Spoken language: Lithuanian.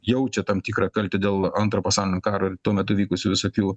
jaučia tam tikrą kaltę dėl antro pasaulinio karo ir tuo metu vykusių visokių